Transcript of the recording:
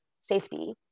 safety